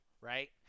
right